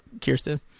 Kirsten